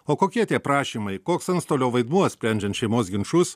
o kokie tie prašymai koks antstolio vaidmuo sprendžiant šeimos ginčus